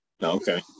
Okay